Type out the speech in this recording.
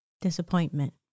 disappointment